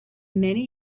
many